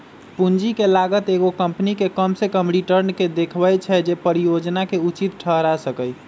पूंजी के लागत एगो कंपनी के कम से कम रिटर्न के देखबै छै जे परिजोजना के उचित ठहरा सकइ